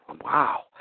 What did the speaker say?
wow